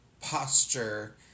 posture